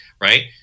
right